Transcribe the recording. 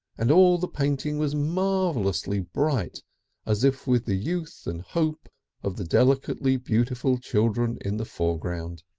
and all the painting was marvellously bright as if with the youth and hope of the delicately beautiful children in the foreground.